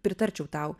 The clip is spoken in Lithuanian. pritarčiau tau